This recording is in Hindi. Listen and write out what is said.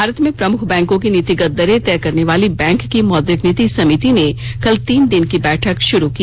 भारत में प्रमुख बैंकों की नीतिगत दरें तय करने वाली बैंक की मौद्रिक नीति समिति ने कल तीन दिन की बैठक शुरू की